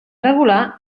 regular